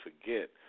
forget